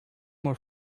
more